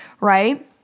right